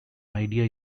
idea